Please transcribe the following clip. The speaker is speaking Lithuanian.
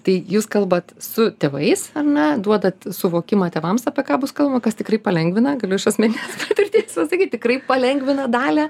tai jūs kalbat su tėvais ar ne duodat suvokimą tėvams apie ką bus kalbama kas tikrai palengvina galiu iš asmeninės patirties pasakyt tikrai palengvina dalią